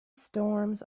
storms